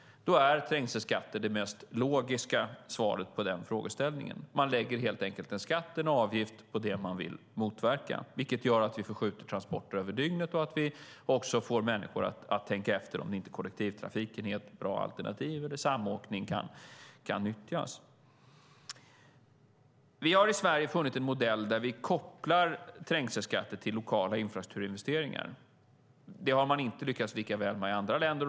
Trängselskatter är det mest logiska svaret på den frågeställningen. Man lägger helt enkelt en skatt, en avgift, på det man vill motverka. Det gör att vi förskjuter transporter över dygnet och också får människor att tänka efter om inte kollektivtrafiken är ett bra alternativ eller samåkning kan nyttjas. Vi har i Sverige funnit en modell där vi kopplar trängselskatter till lokala infrastrukturinvesteringar. Det har man inte lyckats lika väl med i andra länder.